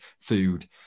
food